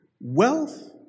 Wealth